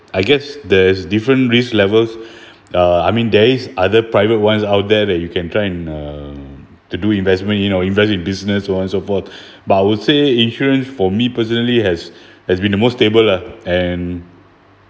I guess there's different risk levels uh I mean there is other private ones out there that you can try and uh to do investment you know invest in business so on so forth but I would say insurance for me personally has has been the most stable lah and